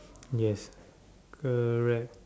yes correct